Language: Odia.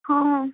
ହଁ ହଁ